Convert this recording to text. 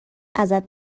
ازت